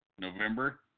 November